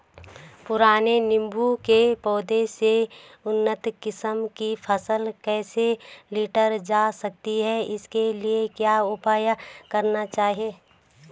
पुराने नीबूं के पौधें से उन्नत किस्म की फसल कैसे लीटर जा सकती है इसके लिए क्या उपाय करने चाहिए?